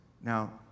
Now